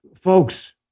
Folks